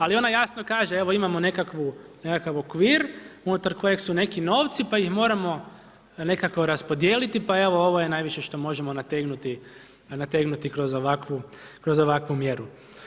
Ali ona jasno kaže, evo imamo nekakav okvir unutar kojeg su neki novci pa ih moramo nekako raspodijeliti, pa evo ovo je najviše što možemo nategnuti kroz ovakvu mjeru.